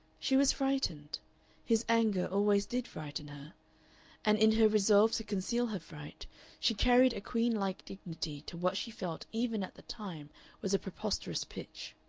she was frightened his anger always did frighten her and in her resolve to conceal her fright she carried a queen-like dignity to what she felt even at the time was a preposterous pitch.